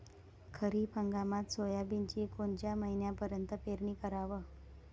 खरीप हंगामात सोयाबीनची कोनच्या महिन्यापर्यंत पेरनी कराव?